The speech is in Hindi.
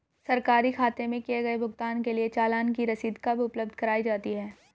सरकारी खाते में किए गए भुगतान के लिए चालान की रसीद कब उपलब्ध कराईं जाती हैं?